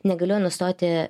negalėjo nustoti